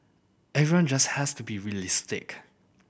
everyone just has to be realistic